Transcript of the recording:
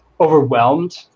overwhelmed